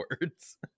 words